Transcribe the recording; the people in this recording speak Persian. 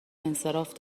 انصراف